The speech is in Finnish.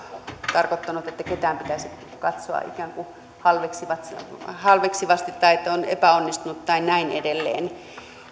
tarkoittanut että ketään pitäisi katsoa ikään kuin halveksivasti halveksivasti tai että on epäonnistunut tai näin edelleen